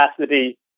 capacity